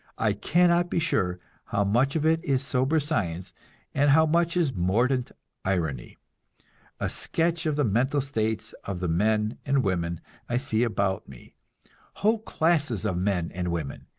i cannot be sure how much of it is sober science and how much is mordant irony a sketch of the mental states of the men and women i see about me whole classes of men and women,